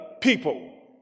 people